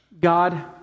God